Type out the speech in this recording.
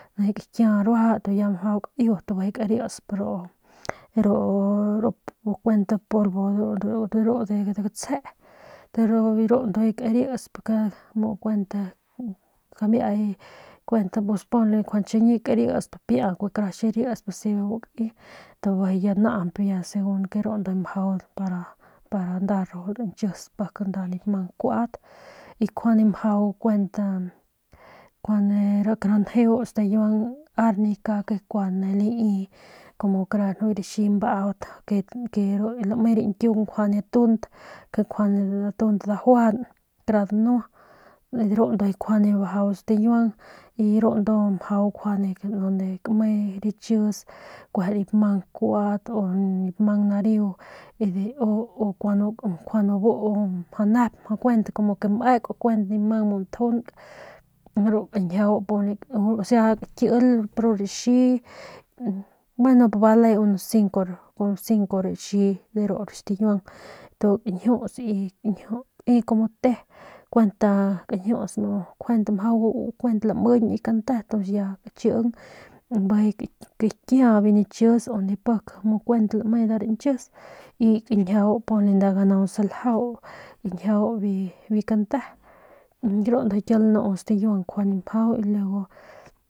Nijiy kakia ruaja y mjau kaiu y bijiy karisp ru ru kuent polvo de ru de gutsje de ru kuent polvo de ru de gutsje de ru ndujuy karisp bu kuent kamiay pues ponle chiñi karisp pia kue kara xirisp y si bebu kai tu ya naañp segun ke ru ndujuy mjau para nda ru rañchis pik nip mang nkuat y nkjuande mjau kuent kua njeu stikiuang arnika ke kua ne lai kumu kara ki raxi mbaut ke lame rañkiung nkjuande tunt kjuande tunt dajuajang kara danua ru ndujuy nkjuande mjau stikiuang y ru ndu mjau kjuande unde kame rachis kueje nip mang kuat u nip mang nareu y kuan bu kuent kumu ke meuk kuent nip mang mu ntjunk ru kañjiau o sea kakilp ru raxi gueno nip bale u cinco raxi de ru stikiuang y kañjius y como te kuent kañjius kuent lamiñg biu kante y ya kaching bijiy kakia biu nachis pik kuent lame kuent nibiu nchis y kañjiau ponle nda ganau saljau kañjiau biu kante de ru ndujuy kiau lanu stikiuang mjau y luego.